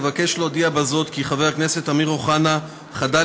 אבקש להודיע בזה כי חבר הכנסת אמיר אוחנה חדל